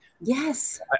yes